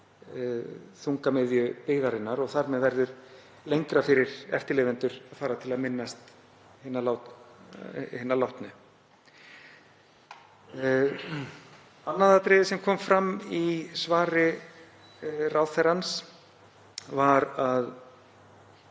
þungamiðju byggðarinnar og þar með verður lengra fyrir eftirlifendur að fara til að minnast hinna látnu. Annað atriði sem kom fram í svari ráðherrans, og